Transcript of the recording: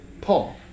Paul